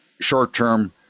short-term